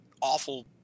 awful